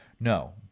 No